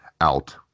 out